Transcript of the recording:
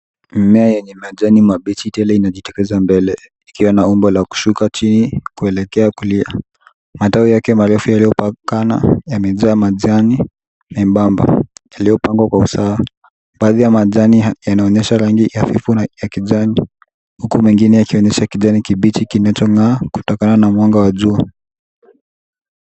Mimea yenye majani mabichi tele inajitokeza mbele ikiwa na umbo la kushuka chini kuelekea kulia. Matawi yake marefu yaliyopakana yamejaa majani nyembamba yaliyopangwa kwa usawa. Baadhi ya majani yanaonyesha rangi hafifu na ya kijani, huku mengine yakionyesha ya kijani kibichi kinachongaa kutokana na mwanga wa jua.